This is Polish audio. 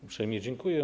Uprzejmie dziękuję.